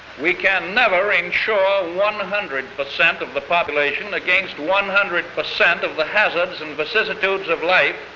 we can never insure one hundred percent of the population against one hundred percent of the hazards and vicissitudes of life,